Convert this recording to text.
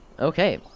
Okay